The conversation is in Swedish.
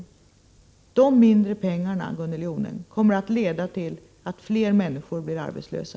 Denna medelsminskning kommer, Gunnel Jonäng, att leda till att fler människor blir arbetslösa.